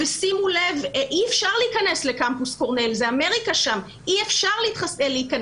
אי אפשר להיכנס לקמפוס קורנל בלי חיסון.